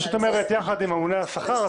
הרשות המקומית, או מי שנקרא משלם השכר.